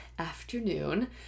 afternoon